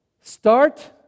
start